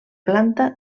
planta